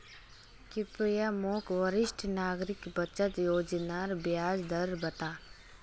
कृप्या मोक वरिष्ठ नागरिक बचत योज्नार ब्याज दर बता